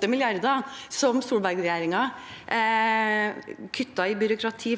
28 mrd. kr som Solberg-regjeringen kuttet i byråkrati,